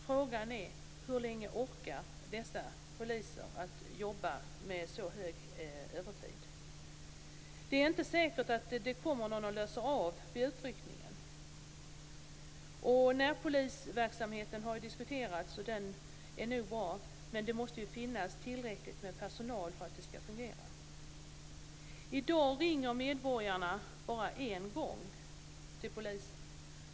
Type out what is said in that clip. Frågan är: Hur länge orkar dessa poliser jobba med så mycket övertid? Det är inte säkert att det kommer någon och löser av vid utryckning. Närpolisverksamheten har diskuterats, och den är nog bra, men det måste finnas tillräckligt med personal för att det skall fungera. I dag ringer medborgarna bara en gång till polisen.